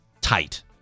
tight